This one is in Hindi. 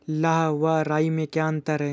लाह व राई में क्या अंतर है?